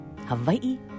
Hawaii